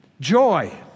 Joy